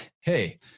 Hey